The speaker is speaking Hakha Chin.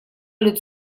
lut